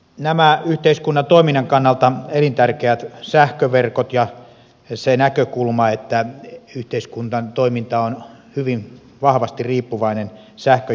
nämä yhteiskunnan toiminnan kannalta elintärkeät sähköverkot ja se näkökulma että yhteiskunnan toiminta on hyvin vahvasti riippuvainen sähkön